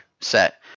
set